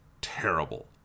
terrible